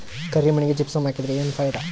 ಕರಿ ಮಣ್ಣಿಗೆ ಜಿಪ್ಸಮ್ ಹಾಕಿದರೆ ಏನ್ ಫಾಯಿದಾ?